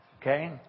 Okay